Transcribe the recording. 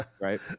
right